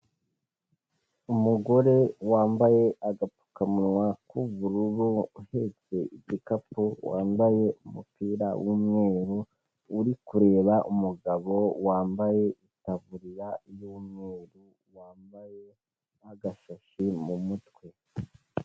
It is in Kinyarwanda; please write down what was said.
Umugore wambaye agapfukamunwa k'ubururu, uhetse igikapu, wambaye umupira w'umweru, uri kureba umugabo wambaye itaburiya y'umweru, wambaye n'agashashi mu mutwe.